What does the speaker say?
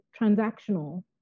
transactional